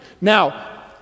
Now